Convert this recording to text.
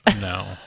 No